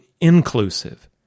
inclusive